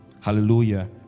Hallelujah